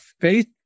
faith